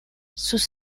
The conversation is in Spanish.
sus